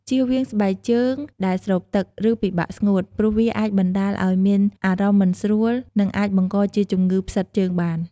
ជៀសវាងស្បែកជើងដែលស្រូបទឹក ឬពិបាកស្ងួត ព្រោះវាអាចបណ្ដាលឲ្យមានអារម្មណ៍មិនស្រួល និងអាចបង្កជាជំងឺផ្សិតជើងបាន។